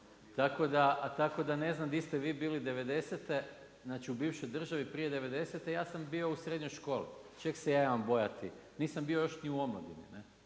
Tako da ne znam gdje ste vi bili '90.-te u bivšoj državi prije '90.-te ja sam bio u srednjoj školi. Čega se ja imam bojati, nisam bio još ni u omladini